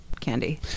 candy